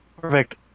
Perfect